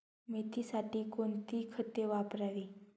मेथीसाठी कोणती खते वापरावी?